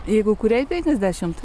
jeigu kuriai penkiasdešimt